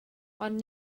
ond